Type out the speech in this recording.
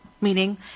Meaning